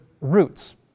roots